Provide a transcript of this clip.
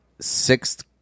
sixth